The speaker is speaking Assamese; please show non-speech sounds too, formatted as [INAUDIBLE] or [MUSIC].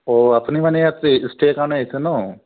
অ' আপুনি মানে ইয়াত [UNINTELLIGIBLE] ষ্টে কাৰণে আহিছে ন